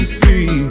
see